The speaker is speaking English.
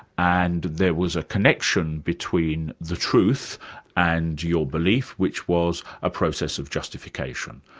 and there was a connection between the truth and your belief, which was a process of justification.